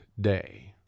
day